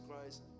christ